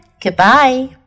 goodbye